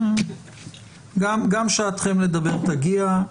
גם שעתכם לדבר תגיע.